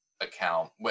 account